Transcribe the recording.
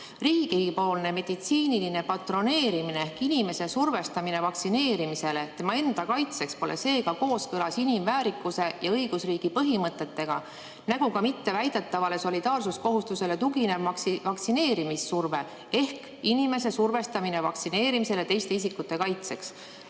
Riigipoolne meditsiiniline patroneerimine (inimese survestamine vaktsineerimisele tema enda kaitseks) pole seega kooskõlas inimväärikuse ja õigusriigi põhimõtetega nagu ka mitte väidetavale solidaarsuskohustusele tuginev vaktsineerimissurve (inimese survestamine vaktsineerimisele teiste isikute kaitseks).